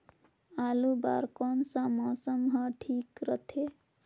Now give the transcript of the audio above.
आलू बार कौन सा मौसम ह ठीक रथे?